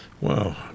Wow